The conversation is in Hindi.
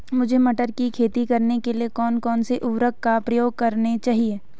मुझे मटर की खेती करने के लिए कौन कौन से उर्वरक का प्रयोग करने चाहिए?